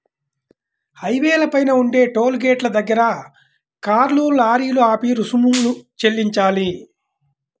హైవేల పైన ఉండే టోలు గేటుల దగ్గర కార్లు, లారీలు ఆపి రుసుము చెల్లించాలి